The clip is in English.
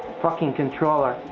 cking controller.